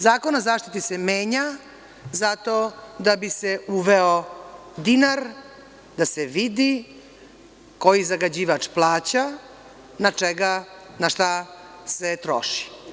Zakon o zaštiti se menja, zato da bi se uveo dinar, da se vidi, koji zagađivač plaća, na šta sve troši.